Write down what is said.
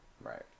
Right